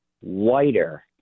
whiter